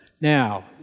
Now